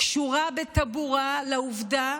קשורה בטבורה לעובדה